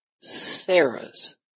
Sarah's